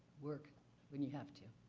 work when you have to.